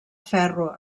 ferro